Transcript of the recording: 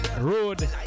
road